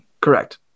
correct